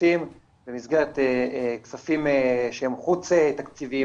הכספים במסגרת כספים שהם חוץ תקציביים,